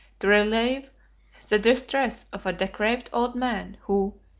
to relieve the distress of a decrepit old man, who,